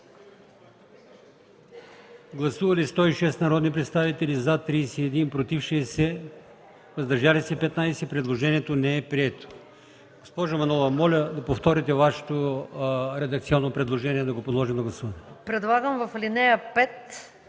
Гласували 106 народни представители: за 31, против 60, въздържали се 15. Предложението не е прието. Госпожо Манолова, моля да повторите Вашето редакционно предложение, за да го подложим на гласуване.